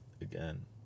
again